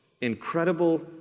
incredible